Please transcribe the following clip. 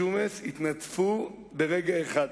ג'ומס, התנדפו ברגע אחד.